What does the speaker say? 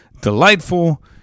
delightful